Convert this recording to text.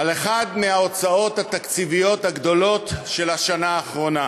על אחת מההוצאות התקציביות הגדולות של השנה האחרונה,